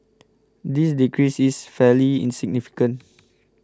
this decrease is fairly in significant